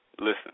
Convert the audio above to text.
listen